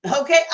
Okay